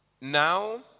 Now